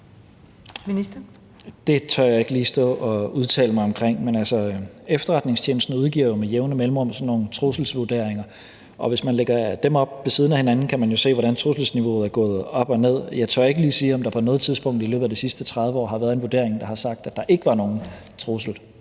Det tør jeg ikke lige stå og udtale mig omkring. Men efterretningstjenesten udgiver jo med jævne mellemrum sådan nogle trusselsvurderinger, og hvis man lægger dem op ved siden af hinanden, kan man jo se, hvordan trusselsniveauet er gået op og ned. Jeg tør ikke lige sige, om der på noget tidspunkt i løbet af de sidste 30 år har været en vurdering, der har sagt, at der ikke var nogen trussel.